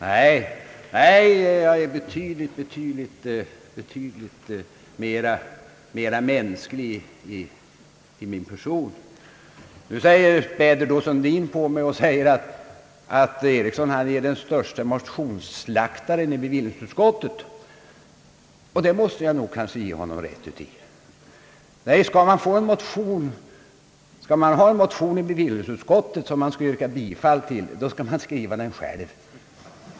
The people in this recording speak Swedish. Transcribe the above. Nej, jag är betydligt mera mänsklig till min natur. Herr Sundin spädde på genom att påstå att jag är den störste motionsslaktaren i bevillningsutskottet, och däri måste jag kanske ge honom rätt. Nej, skall man ha en motion i bevillningsutskottet som man vill ha bifallen, då skall man nog skriva den själv!